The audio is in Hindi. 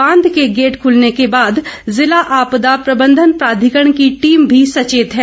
बांध के गेट खुलने के बाद जिला आपदा प्रबंधन प्राधिकरण की टीम भी सचेत है